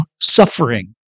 suffering